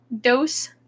dose